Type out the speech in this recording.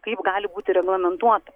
kaip gali būti reglamentuota